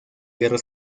guerra